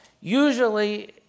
Usually